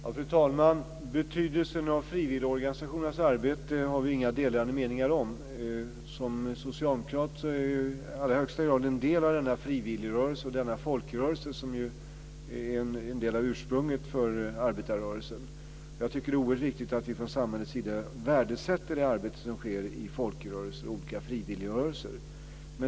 Fru talman! Betydelsen av frivilligorganisationernas arbete har vi inga delade meningar om. Som socialdemokrat är jag i allra högsta grad en del av denna frivilligrörelse och denna folkrörelse, som ju är en del av ursprunget till arbetarrörelsen. Det är oerhört viktigt att vi från samhällets sida värdesätter det arbete som sker i folkrörelser och olika frivilligrörelser.